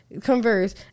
Converse